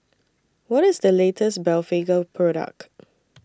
What IS The latest Blephagel Product